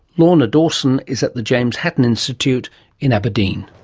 lorna dawson is at the james hutton institute in aberdeen.